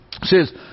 says